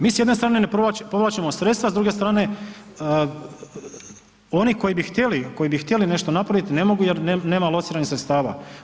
Mi s jedne strane ne povlačimo sredstva a sa druge strane oni koji bi htjeli, koji bi htjeli nešto napraviti ne mogu jer nema lociranih sredstava.